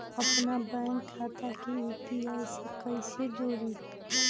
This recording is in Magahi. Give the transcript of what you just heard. अपना बैंक खाता के यू.पी.आई से कईसे जोड़ी?